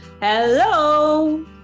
Hello